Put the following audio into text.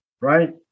right